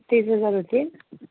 तीस हजार होतील